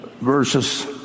versus